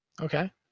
Okay